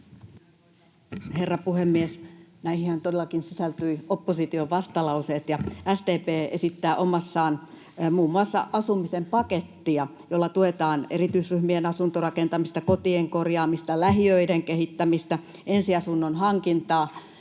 Herra puhemies! Näihinhän todellakin sisältyi opposition vastalauseet, ja SDP esittää omassaan muun muassa asumisen pakettia, jolla tuetaan erityisryhmien asuntorakentamista, kotien korjaamista, lähiöiden kehittämistä, ensiasunnon hankintaa.